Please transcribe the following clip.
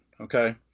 okay